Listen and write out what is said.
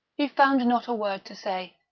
he found not a word to say.